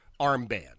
armband